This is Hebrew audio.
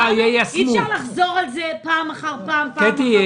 אי אפשר לחזור על זה פעם אחר פעם, זה לא משתנה.